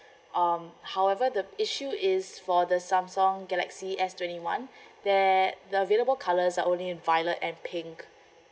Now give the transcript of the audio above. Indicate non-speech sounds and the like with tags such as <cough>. um however the issue is for the samsung galaxy S twenty one <breath> that the available colours are only violet and pink